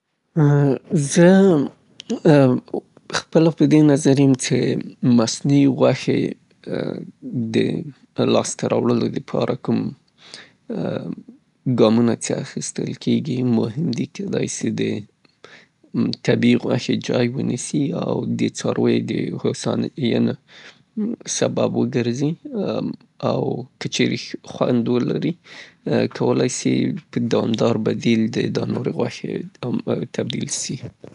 د مصنوعي غوښې استفاده کول بهتره دي، ښه کار ده ، ځکه له یوېخوانه د حیواناتو د خوندیتوب سبب ګرځي له بلې خوانه د هغه د تولید طریقه باید وکتل سي، څې په څه رقم تولیدیږي. که چیرې د چاپیریال د حفظولو یا ساتلو په خاطر باندې استفاده سي نو ښه بدیل کیدای سي.